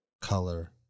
color